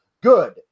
good